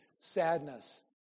sadness